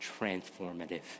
transformative